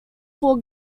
four